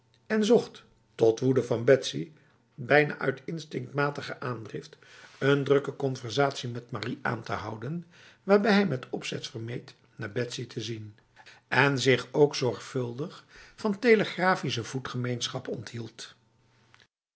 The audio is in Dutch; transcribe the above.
en zocht tot woede van betsy bijna uit instinctmatige aandrift een drukke conversatie met marie aan te houden waarbij hij met opzet vermeed naar betsy te zien en zich ook zorgvuldig van telegrafische voetgemeenschap onthield